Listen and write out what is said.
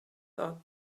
thought